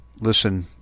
listen